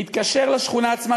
בהתקשר לשכונה עצמה,